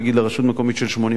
לרשות מקומית של 80%,